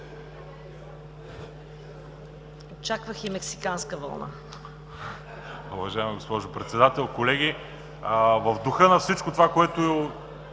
Очаквах и Мексиканска вълна.